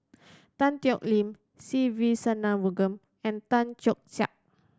Tan Thoon Lip Se Ve Shanmugam and Tan Keong Saik